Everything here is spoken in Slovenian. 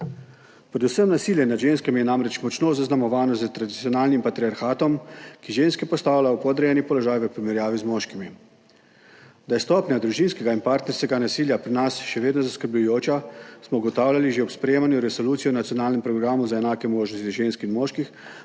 Predvsem nasilje nad ženskami je namreč močno zaznamovano s tradicionalnim patriarhatom, ki ženske postavlja v podrejen položaj v primerjavi z moškimi. Da je stopnja družinskega in partnerskega nasilja pri nas še vedno zaskrbljujoča, smo ugotavljali že ob sprejemanju Resolucije o nacionalnem programu za enake možnosti žensk in moških